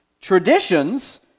traditions